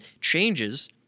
changes